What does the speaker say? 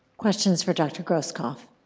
questions for dr. groskopf?